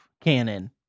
canon